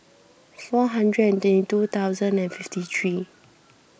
four thousand and twenty two thousand and fifty three